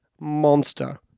monster